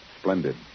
Splendid